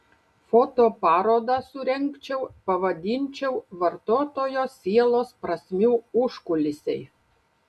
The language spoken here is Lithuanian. fotoparodą surengčiau pavadinčiau vartotojo sielos prasmių užkulisiai